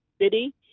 city